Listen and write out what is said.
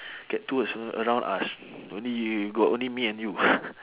get two words a~ around us only you got only me and you